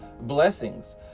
blessings